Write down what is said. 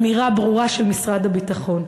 אמירה ברורה של משרד הביטחון,